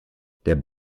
der